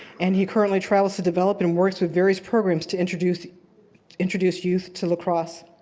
and he currently travels to develop and works with various programs to introduce to introduce youth to lacrosse.